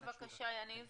יניב?